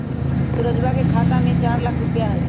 सुरजवा के खाता में चार लाख रुपइया हई